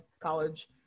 college